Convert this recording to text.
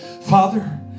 Father